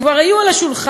הן כבר היו על השולחן,